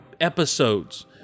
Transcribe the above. episodes